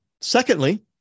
Secondly